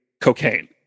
Cocaine